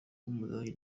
w’umudage